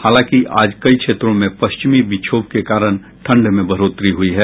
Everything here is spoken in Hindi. हालांकि आज कई क्षेत्रों में पश्चिमी विक्षोभ के कारण ठंड में बढ़ोतरी हुई है